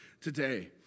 today